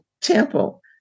temple